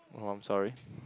oh I'm sorry